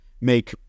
make